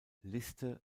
liste